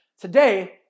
today